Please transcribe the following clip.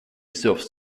serves